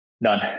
None